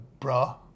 bruh